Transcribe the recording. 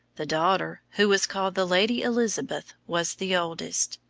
the daughter, who was called the lady elizabeth, was the oldest.